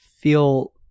feel